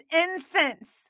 incense